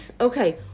okay